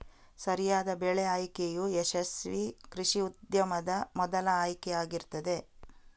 ಸರಿಯಾದ ಬೆಳೆ ಆಯ್ಕೆಯು ಯಶಸ್ವೀ ಕೃಷಿ ಉದ್ಯಮದ ಮೊದಲ ಆಯ್ಕೆ ಆಗಿರ್ತದೆ